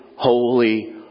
Holy